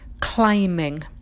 climbing